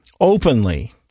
openly